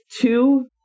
two